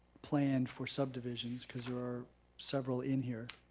planned for subdivisions, cause there are several in here,